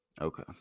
Okay